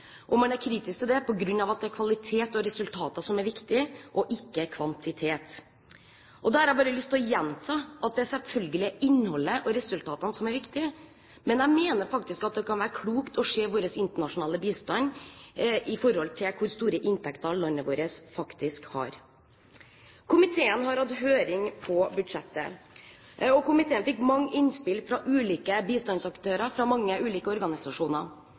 Man er kritisk til det på grunn av at det er kvalitet og resultater som er viktig, og ikke kvantitet. Da har jeg bare lyst til å gjenta at det selvfølgelig er innholdet og resultatene som er viktig, men jeg mener faktisk det kan være klokt å se vår internasjonale bistand i forhold til hvor store inntekter landet vårt faktisk har. Komiteen har hatt høring på budsjettet og fikk mange innspill fra ulike bistandsaktører fra mange ulike organisasjoner.